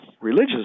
religious